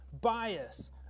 bias